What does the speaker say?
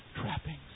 trappings